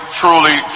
truly